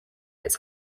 its